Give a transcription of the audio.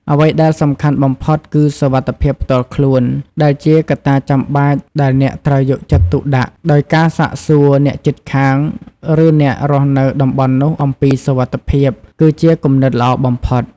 អ្វីដែលសំខាន់បំផុត គឺសុវត្ថិភាពផ្ទាល់ខ្លួន ដែលជាកត្តាចាំបាច់ដែលអ្នកត្រូវយកចិត្តទុកដាក់ ដោយការសាកសួរអ្នកជិតខាង ឬអ្នករស់នៅតំបន់នោះអំពីសុវត្ថិភាព គឺជាគំនិតល្អបំផុត។